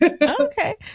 Okay